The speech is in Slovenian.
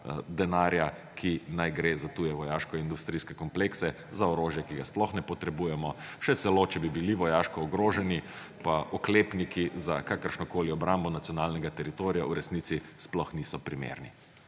denarja, ki naj gre za tuje vojaškoindustrijske komplekse, za orožje, ki ga sploh ne potrebujemo. Še celo če bi bili vojaško ogroženi, pa oklepniki za kakršnokoli obrambo nacionalnega teritorija v resnici sploh niso primerni,